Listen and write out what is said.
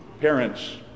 parents